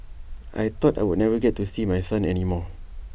I thought I would never get to see my son any more